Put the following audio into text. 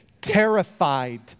Terrified